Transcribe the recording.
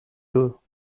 too